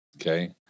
Okay